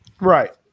Right